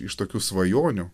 iš tokių svajonių